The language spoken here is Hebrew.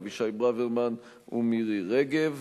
אבישי ברוורמן ומירי רגב.